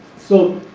so,